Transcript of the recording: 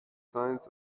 signs